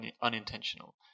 unintentional